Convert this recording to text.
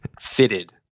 Fitted